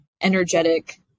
energetic